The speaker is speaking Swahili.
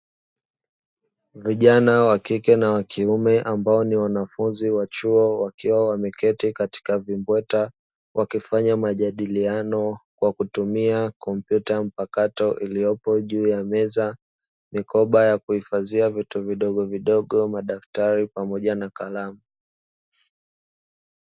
Vijana wakike na wa kiume ambao ni wanafunzi wa chuo wakiwa wameketi katika vimbweta wakifanya majadiliano wa kutumia kompyuta mpakato iliyopo juu ya meza, mikoba ya kuhifadhia vitu vidogo vidogo, madaftari pamoja na kalamu.